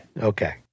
okay